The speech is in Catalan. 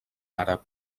àrab